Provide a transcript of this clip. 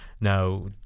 Now